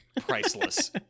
priceless